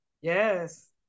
Yes